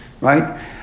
Right